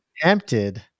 tempted